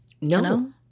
No